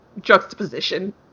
juxtaposition